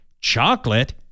chocolate